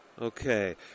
Okay